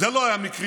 זה לא היה מקרי,